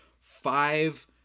Five